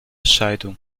scheidung